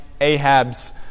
Ahab's